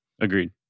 Agreed